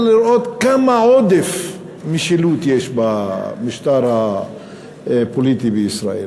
לראות כמה עודף משילות יש במשטר הפוליטי בישראל.